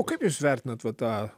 o kaip jūs vertinat va tą